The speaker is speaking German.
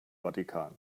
vatikan